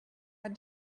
had